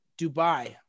Dubai